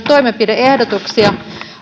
toimenpide ehdotuksia